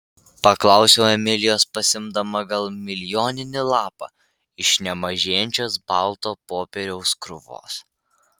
paklausiau emilijos pasiimdama gal milijoninį lapą iš nemažėjančios balto popieriaus krūvos